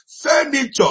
Furniture